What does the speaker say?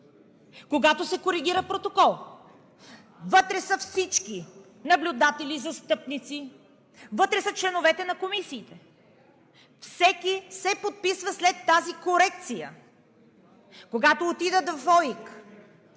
Когато се коригира протокол, вътре са всички наблюдатели, застъпници. Вътре са членовете на комисиите. Всеки се подписва след тази корекция. (Реплика на